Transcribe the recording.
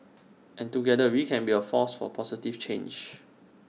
and together we can be A force for positive change